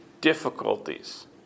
difficulties